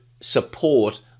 Support